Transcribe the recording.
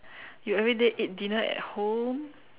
you everyday eat dinner at home